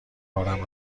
بارم